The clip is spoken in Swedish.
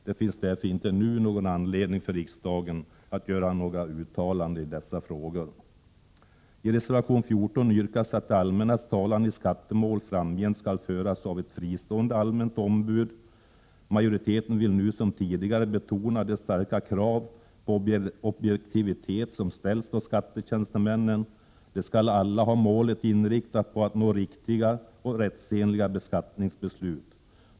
Det finns därför inte nu någon anledning för riksdagen att göra några uttalanden i dessa frågor. I reservation 14 yrkas att det allmännas talan i skattemål framgent skall föras av ett fristående allmänt ombud. Majoriteten vill nu som tidigare betona de starka krav på objektivitet som ställs på skattetjänstemännen. De skall alla ha som mål att nå riktiga och rättsenliga beskattningsbeslut.